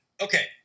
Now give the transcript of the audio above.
okay